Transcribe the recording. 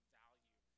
value